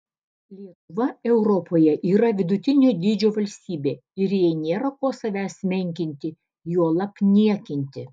lietuva europoje yra vidutinio dydžio valstybė ir jai nėra ko savęs menkinti juolab niekinti